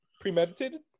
premeditated